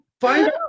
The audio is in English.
Find